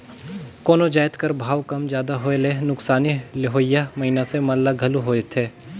कोनो जाएत कर भाव कम जादा होए ले नोसकानी लेहोइया मइनसे मन ल घलो होएथे